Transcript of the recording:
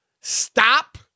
stop